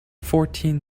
fourteen